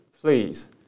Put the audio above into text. please